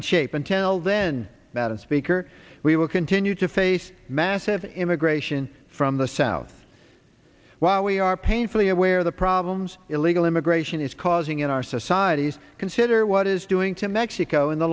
until then about and speaker we will continue to face massive immigration from the south while we are painfully aware of the problems illegal immigration is causing in our societies consider what is doing to mexico in the